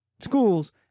schools